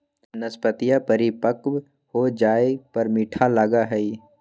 नाशपतीया परिपक्व हो जाये पर मीठा लगा हई